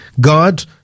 god